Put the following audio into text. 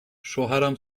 شوهرم